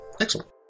Excellent